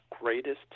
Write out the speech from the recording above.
greatest